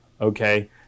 okay